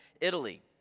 Italy